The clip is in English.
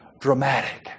Dramatic